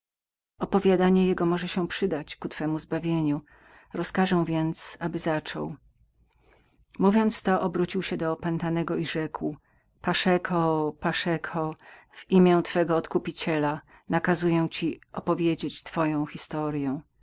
opowiadanie to może się przydać ku twemu zbawieniu rozkażę mu więc aby zaczął zaczął i to mówiąc obrócił się do opętanego i rzekł paszeko paszeko w imię twego odkupiciela nakazuję ci opowiedzieć twoją historyą